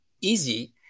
easy